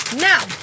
now